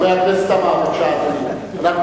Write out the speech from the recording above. חבר הכנסת עמאר, בבקשה, אדוני.